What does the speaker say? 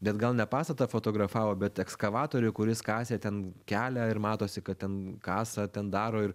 bet gal ne pastatą fotografavo bet ekskavatorių kuris kasė ten kelią ir matosi kad ten kasa ten daro ir